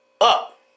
up